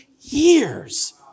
years